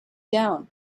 down